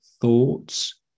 thoughts